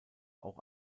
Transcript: auch